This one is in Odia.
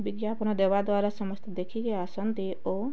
ବିଜ୍ଞାପନ ଦେବାଦ୍ୱାରା ସମସ୍ତେ ଦେଖିକି ଆସନ୍ତି ଓ